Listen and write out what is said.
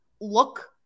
look